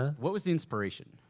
ah what was the inspiration?